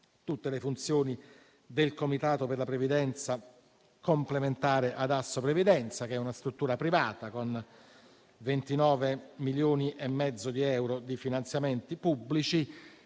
tutte le funzioni del Comitato per la previdenza complementare ad Assoprevidenza, che è una struttura privata, con 29,5 milioni di euro di finanziamenti pubblici.